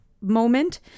moment